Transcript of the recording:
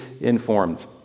informed